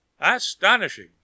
Astonishing